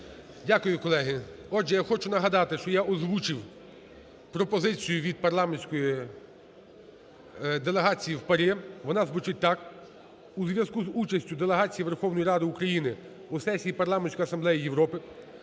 Дякую, колеги. Отже, я хочу нагадати, що я озвучив пропозицію від парламентської делегації в ПАРЄ. Вона звучить так: "У зв'язку із участю делегації Верховної Ради України у сесії Парламентської асамблеї Європи,